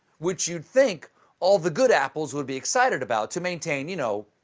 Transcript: which you'd think all the good apples would be excited about to maintain, you know,